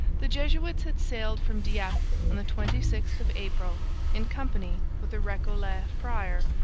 the jesuits had sailed from dieppe on the twenty sixth of april in company with a recollet friar,